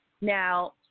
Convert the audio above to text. Now